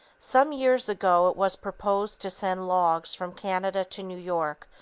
some years ago, it was proposed to send logs from canada to new york,